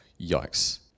Yikes